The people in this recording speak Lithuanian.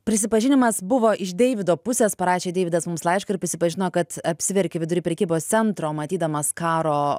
prisipažinimas buvo iš deivido pusės parašė deividas mums laišką ir prisipažino kad apsiverkė vidury prekybos centro matydamas karo